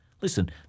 Listen